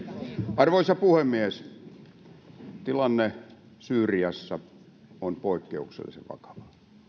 arvoisa puhemies tilanne syyriassa on poikkeuksellisen vakava